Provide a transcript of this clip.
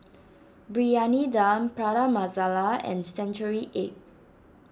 Briyani Dum Prata Masala and Century Egg